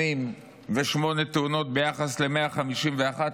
188 תאונות ביחס ל-151,